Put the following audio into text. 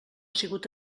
sigut